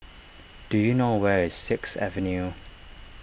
do you know where is six Avenue